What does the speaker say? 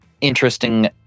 interesting